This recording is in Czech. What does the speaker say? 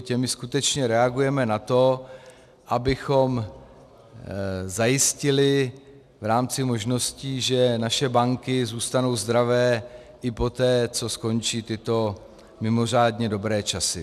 Těmi skutečně reagujeme na to, abychom zajistili v rámci možností, že naše banky zůstanou zdravé i poté, co skončí i tyto mimořádně dobré časy.